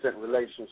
relationship